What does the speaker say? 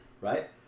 right